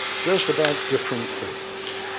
just about different things.